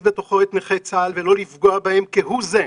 בתוכו את נכי צה"ל ולא לפגוע בהם כהוא זה.